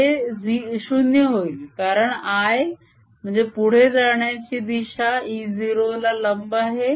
हे 0 होईल कारण i - पुढे जाण्याची दिशा E0 ला लंब आहे